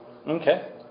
Okay